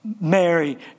Mary